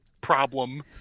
problem